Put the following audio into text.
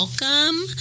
welcome